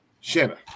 Shanna